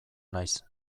naiz